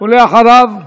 אחריו,